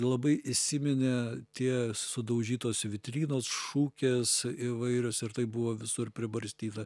labai įsiminė tie sudaužytos vitrinos šukės įvairios ir tai buvo visur pribarstyta